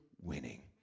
winning